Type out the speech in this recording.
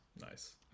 Nice